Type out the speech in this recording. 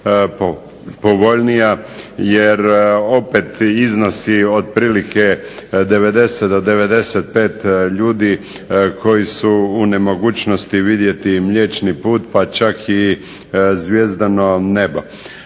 povoljnija, jer opet iznosi otprilike 90 do 95 ljudi koji su u nemogućnosti vidjeti Mliječni put pa čak i zvjezdano nebo.